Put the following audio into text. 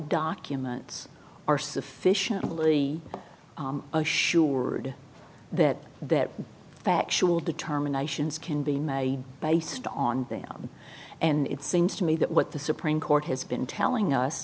documents are sufficiently assured that that factual determinations can be made based on them and it seems to me that what the supreme court has been telling us